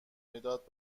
مداد